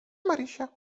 marysia